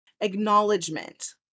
Acknowledgement